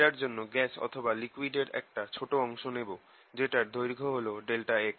এটার জন্য গ্যাস অথবা লিকুইড এর একটা ছোট অংশ নেবো যেটার দৈর্ঘ্য হল ∆x